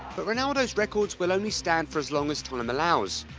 but ronaldo's records will only stand for as long as time allows,